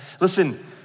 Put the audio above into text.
Listen